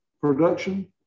production